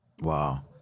Wow